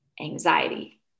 anxiety